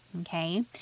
okay